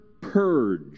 purge